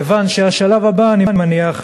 כי השלב הבא, אני מניח,